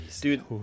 Dude